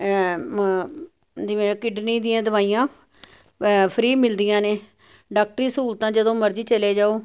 ਜਿਵੇਂ ਕਿਡਨੀ ਦੀਆਂ ਦਵਾਈਆਂ ਫ੍ਰੀ ਮਿਲਦੀਆਂ ਨੇ ਡਾਕਟਰੀ ਸਹੂਲਤਾਂ ਜਦੋਂ ਮਰਜੀ ਚਲੇ ਜਾਓ